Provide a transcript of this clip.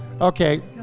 Okay